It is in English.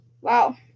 Wow